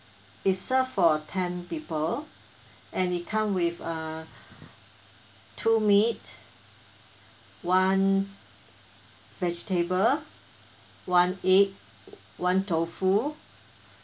is serve for ten people and it come with uh two meat one vegetable one egg one tofu